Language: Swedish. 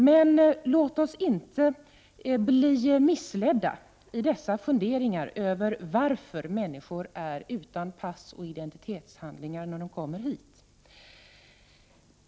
Men låt oss inte bli missledda i dessa funderingar över varför människor är utan pass och identitetshandlingar när de kommer hit.